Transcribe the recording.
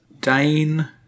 Dane